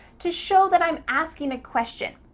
to show that i'm asking a question.